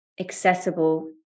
accessible